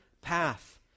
path